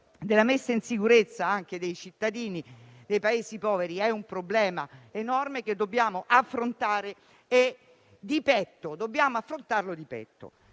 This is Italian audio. della messa in sicurezza anche dei cittadini dei Paesi poveri è enorme e dobbiamo affrontarlo di petto.